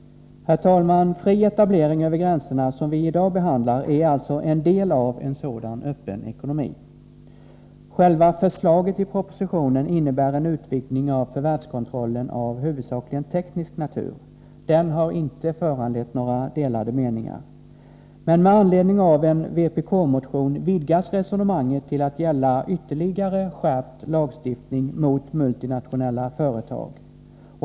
Herr talman! Fri etablering över gränserna — en fråga som vi i dag behandlar — är alltså en del av en sådan öppen ekonomi. Själva förslaget i propositionen innebär en utvidgning av förvärvskontrollen av huvudsakligen teknisk natur. Den har inte föranlett några delade meningar. Men med anledning av en vpk-motion vidgas resonemanget till att gälla ytterligare skärpt lagstiftning mot multinationella företag.